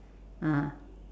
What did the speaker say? ah